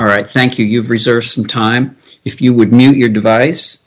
all right thank you you've researched some time if you would meet your device